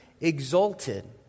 exalted